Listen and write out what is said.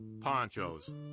Ponchos